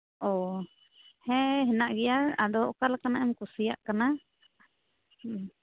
ᱚ ᱦᱮᱸ ᱦᱮᱱᱟᱜ ᱜᱮᱭᱟ ᱟᱫᱚ ᱚᱠᱟᱞᱮᱠᱟᱱᱟᱜ ᱮᱢ ᱠᱩᱥᱤᱭᱟᱜ ᱠᱟᱱᱟ ᱦᱩᱸ